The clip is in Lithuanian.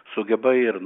sugeba ir